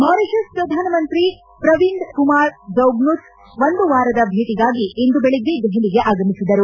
Mauritius ಶ್ರಧಾನಮಂತ್ರಿ ಶ್ರವಿಂದ್ ಕುಮಾರ್ ಜುಗ್ನೌತ್ ಒಂದು ವಾರದ ಭೇಟಗಾಗಿ ಇಂದು ಬೆಳಗ್ಗೆ ದೆಹಲಿಗೆ ಆಗಮಿಸಿದರು